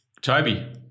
Toby